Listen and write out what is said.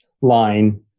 line